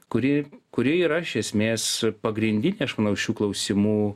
kuri kuri yra iš esmės pagrindinė aš manau šių klausimų